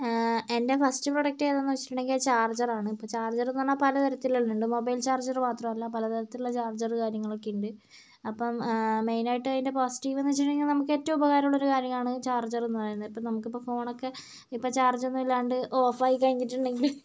എൻ്റെ first product ഏതെന്നു വെച്ചിട്ടുണ്ടെങ്കിൽ അത് ചാർജ്ജറാണ് ഇപ്പോൾ ചാർജ്ജർ എന്നു പറഞ്ഞാൽ പലതരത്തിലുണ്ട് മൊബൈൽ ചാർജ്ജർ മാത്രമല്ല പലതരത്തിലുള്ള ചാർജ്ജർ കാര്യങ്ങളൊക്കെയുണ്ട് അപ്പം മെയിനായിട്ടതിൻ്റെ പോസിറ്റീവ് എന്ന് വെച്ചിട്ടുണ്ടെങ്കിൽ നമുക്കേറ്റവും ഉപകാരമുള്ളൊരു കാര്യമാണ് ചാർജ്ജർ എന്നു പറയുന്നത് നമുക്കിപ്പോൾ ഫോണൊക്കെ ഇപ്പോൾ ചാർജ്ജൊന്നും ഇല്ലാണ്ട് ഓഫായി കഴിഞ്ഞിട്ടുണ്ടെങ്കിൽ